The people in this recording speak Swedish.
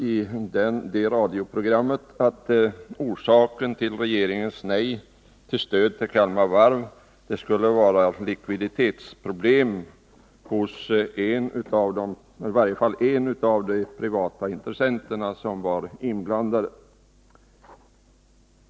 I det radioprogrammet framhölls att orsaken till att regeringens nej till stöd till Kalmar Varv skulle vara likviditetsproblem hos i varje fall en av de privata intressenter som var inblandade.